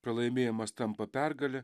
pralaimėjimas tampa pergale